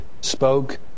spoke